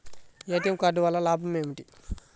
ATM card వల్ల లాభం ఏమిటి?